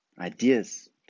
Ideas